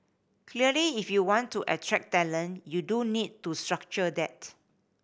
clearly if you want to attract talent you do need to structure that